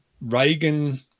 reagan